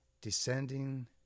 descending